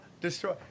destroy